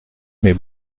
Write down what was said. mais